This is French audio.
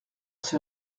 ces